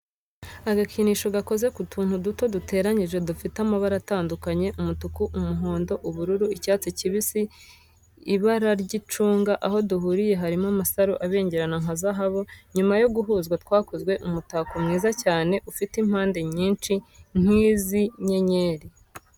Agakinisho gakoze mu tuntu duto duteranyije dufite amabara atandukanye umutuku, umuhondo, ubururu, icyatsi kibisi, ibarara ry'icunga. Aho duhuriye harimo amasaro abengerana nka zahabu, nyuma yo guhuzwa twakoze umutako mwiza cyane ufite impande nyinshi nk'izi' inyenyeri.